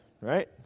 Right